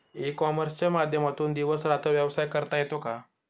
E कॉमर्सच्या माध्यमातून दिवस रात्र व्यवसाय करता येतो का?